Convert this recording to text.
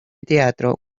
teatro